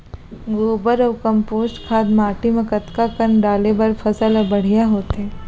गोबर अऊ कम्पोस्ट खाद माटी म कतका कन डाले बर फसल ह बढ़िया होथे?